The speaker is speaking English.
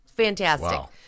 Fantastic